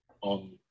on